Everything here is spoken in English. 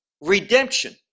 redemption